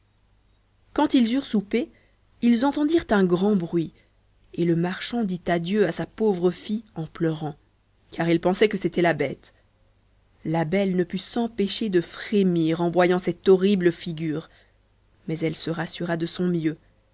quand ils eurent soupé ils entendirent un grand bruit et le marchand dit adieu à sa pauvre fille en pleurant car il pensait que c'était la bête belle ne put s'empêcher de frémir en voyant cette horrible figure mais elle se rassura de son mieux